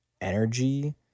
energy